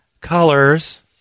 colors